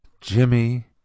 Jimmy